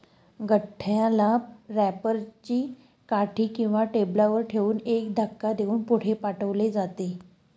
गठ्ठ्याला रॅपर ची काठी किंवा टेबलावर ठेवून एक धक्का देऊन पुढे पाठवले जाते